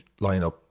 lineup